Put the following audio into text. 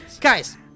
Guys